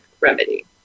remedy